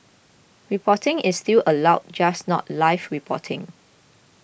reporting is still allowed just not live reporting